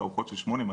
תערוכות של 8200,